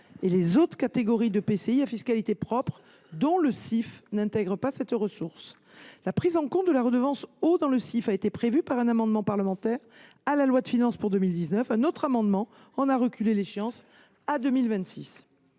et les autres catégories d’EPCI à fiscalité propre, dont le CIF n’intégrera pas cette ressource. La prise en compte de la redevance eau dans le CIF a été prévue par un amendement parlementaire à la loi de finances pour 2019. Un autre amendement en a reculé l’échéance à 2026.